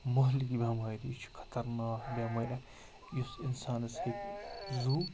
مُہلِک بٮ۪مٲرۍ یہِ چھِ خَطرناک بٮ۪مٲرۍ اَکھ یُس اِنسانَس ہیٚکہِ زُو